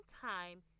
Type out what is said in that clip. time